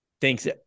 Thanks